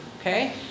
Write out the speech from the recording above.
Okay